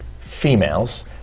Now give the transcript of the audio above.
females